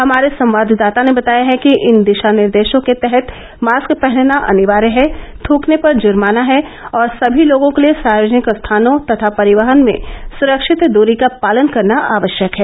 हमारे संवाददाता ने बताया है कि इन दिशा निर्देशों के तहत मास्क पहनना अनिवार्य है थूकने पर जुर्माना है और सभी लोगों के लिये सार्वजनिक स्थानों तथा परिवहन में सुरक्षित दूरी का पालन करना आवश्यक है